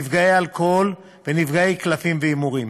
נפגעי אלכוהול ונפגעי קלפים והימורים.